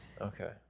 Okay